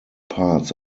parts